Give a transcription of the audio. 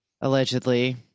Allegedly